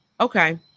okay